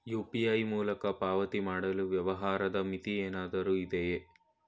UPI ಮೂಲಕ ಪಾವತಿ ಮಾಡಲು ವ್ಯವಹಾರದ ಮಿತಿ ಏನಾದರೂ ಇದೆಯೇ?